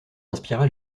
inspira